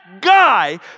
guy